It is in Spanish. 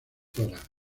dra